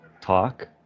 talk